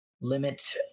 limit